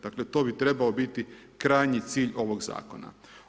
Dakle, to bi trebao biti krajnji cilj ovog Zakona.